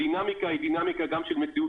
הדינמיקה היא דינמיקה גם של מציאות